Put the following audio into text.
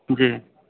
جی